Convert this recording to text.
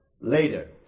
later